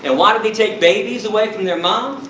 and why do they take babies away from their mom?